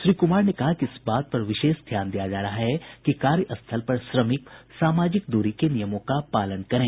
श्री कुमार ने कहा कि इस बात पर विशेष ध्यान दिया जा रहा है कि कार्य स्थल पर श्रमिक सामाजिक दूरी के नियमों का पालन करें